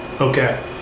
Okay